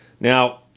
Now